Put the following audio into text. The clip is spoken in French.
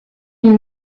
lui